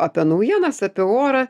apie naujienas apie orą